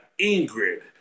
Ingrid